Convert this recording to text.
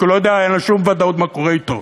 כי אין להם שום ודאות מה קורה אתם.